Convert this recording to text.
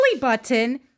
button